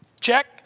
check